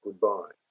goodbye